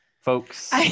folks